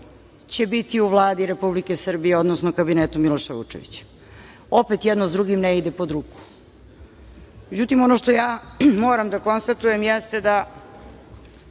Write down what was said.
će biti u Vladi Republike Srbije, odnosno u Kabinetu Miloša Vučevića. Opet jedno sa drugim ne ide pod ruku.Međutim, ono što ja moram da konstatujem jeste da